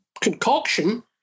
concoction